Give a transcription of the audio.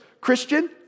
Christian